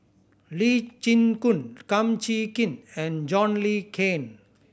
Lee Chin Koon Kum Chee Kin and John Le Cain